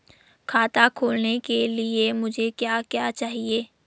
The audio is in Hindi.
खाता खोलने के लिए मुझे क्या क्या चाहिए?